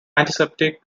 antiseptic